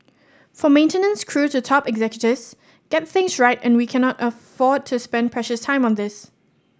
from maintenance crew to top executives get things right and we cannot afford to spend precious time on this